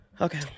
okay